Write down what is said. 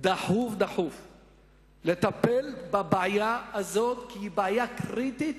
דחוף דחוף לטפל בבעיה הזאת, כי היא בעיה קריטית